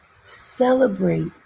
Celebrate